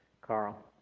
Carl